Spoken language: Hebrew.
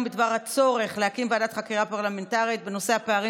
בדבר הצורך להקים ועדת חקירה פרלמנטרית בנושא: הפערים